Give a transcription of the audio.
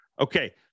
Okay